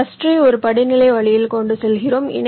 கிளஸ்டரை ஒரு படிநிலை வழியில் கொண்டு செல்கிறோம்